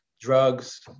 Drugs